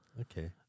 Okay